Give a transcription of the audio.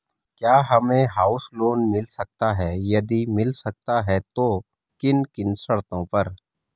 क्या हमें house loan मिल सकता है यदि मिल सकता है तो किन किन शर्तों पर?